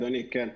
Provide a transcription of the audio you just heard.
אדוני, כן.